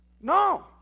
No